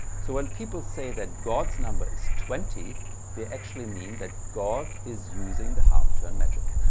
so when people say that god's number is twenty they actually mean that god is using the half turn metric.